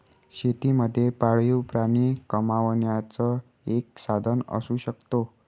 शेती मध्ये पाळीव प्राणी कमावण्याचं एक साधन असू शकतो